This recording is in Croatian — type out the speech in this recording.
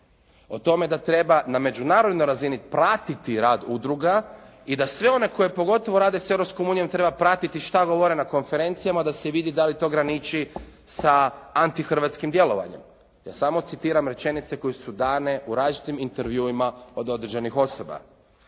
o tome da treba na međunarodnoj razini pratiti rad udruga i da sve one koje pogotovo rade s Europskom unijom treba pratiti što govore na konferencijama da se vidi dali to graniči sa antihrvatskim djelovanjem. Ja samo citiram rečenice koje su dane u različitim intervjuima od određenih osoba.